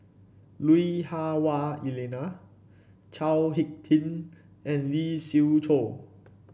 Lui Hah Wah Elena Chao HicK Tin and Lee Siew Choh